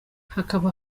hakaba